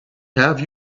have